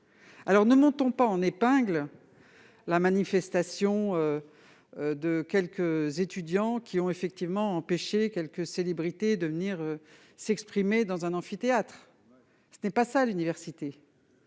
Alors, ne montons pas en épingle les manifestations de quelques étudiants, qui ont effectivement empêché certaines célébrités de venir s'exprimer dans un amphithéâtre ! Ce n'est pas cela, l'université.